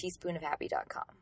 TeaspoonOfHappy.com